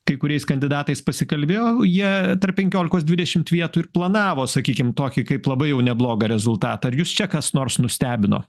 kai kuriais kandidatais pasikalbėjau jie tarp penkiolikos dvidešimt vietų ir planavo sakykim tokį kaip labai jau neblogą rezultatą ar jus čia kas nors nustebino